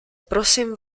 prosím